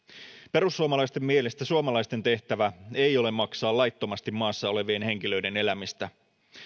perussuomalaisten mielestä suomalaisten tehtävä ei ole maksaa laittomasti maassa olevien henkilöiden elämistä